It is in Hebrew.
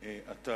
אתה